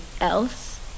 else